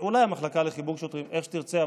אולי המחלקה לחיפוי שוטרים, איך שתרצה.